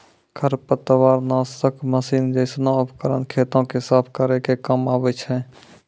खरपतवार नासक मसीन जैसनो उपकरन खेतो क साफ करै के काम आवै छै